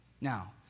Now